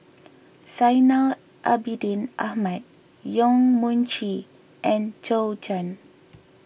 Zainal Abidin Ahmad Yong Mun Chee and Zhou